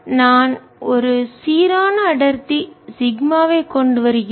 நான் ஒரு சீரான அடர்த்தி சிக்மாவைக் கொண்டு வருகிறேன்